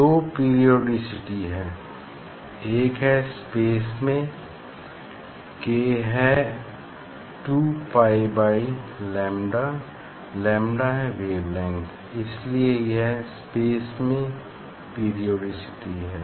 दो पेरिओडीसीटी हैं एक है स्पेस में k है 2 पाई बाई लैम्डा लैम्डा है वेव लेंग्थ इसलिए यह स्पेस में पेरिओडीसीटी है